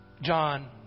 John